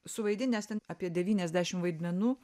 suvaidinęs ten apie devyniasdešim vaidmenų